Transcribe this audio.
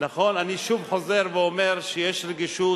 אני שוב חוזר ואומר שיש רגישות,